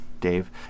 Dave